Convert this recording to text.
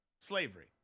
slavery